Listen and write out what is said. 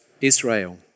Israel